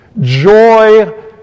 Joy